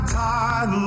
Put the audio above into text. tide